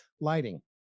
lighting